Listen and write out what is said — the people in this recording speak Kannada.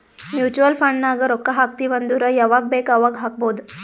ಮ್ಯುಚುವಲ್ ಫಂಡ್ ನಾಗ್ ರೊಕ್ಕಾ ಹಾಕ್ತಿವ್ ಅಂದುರ್ ಯವಾಗ್ ಬೇಕ್ ಅವಾಗ್ ಹಾಕ್ಬೊದ್